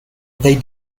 they